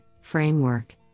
framework